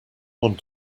want